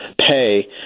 pay